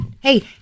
hey